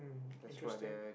interesting